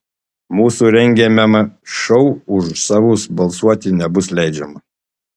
mūsų rengiamame šou už savus balsuoti nebus leidžiama